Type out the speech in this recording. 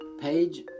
page